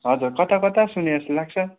हजुर कता कता सुनेको जस्तो लाग्छ